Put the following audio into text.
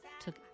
took